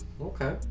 Okay